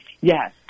Yes